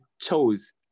chose